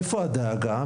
איפה הדאגה?